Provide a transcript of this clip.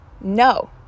No